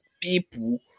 people